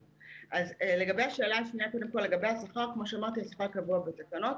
לגבי השאלה שנייה, כפי שאמרתי, השכר קבוע בתקנות.